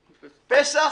פסח,